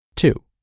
Two